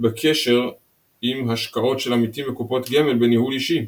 בקשר עם השקעות של עמיתים בקופות גמל בניהול אישי,